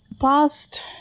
past